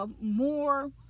more